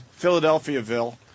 Philadelphiaville